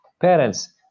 Parents